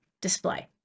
display